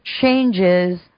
changes